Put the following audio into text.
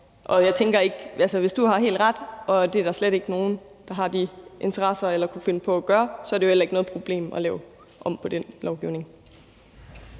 Og jeg tænker, at hvis du har ret i, og at der slet ikke er nogen, der har de interesser eller kunne finde på at gøre det, så er det jo heller ikke noget problem at lave om på den lovgivning.